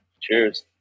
Cheers